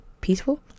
peaceful